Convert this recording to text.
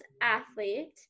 athlete